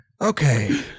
Okay